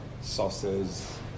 sauces